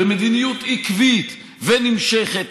במדיניות עקבית ונמשכת,